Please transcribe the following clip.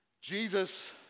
Jesus